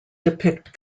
depict